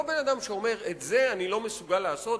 לא בן-אדם שאומר: את זה אני לא מסוגל לעשות,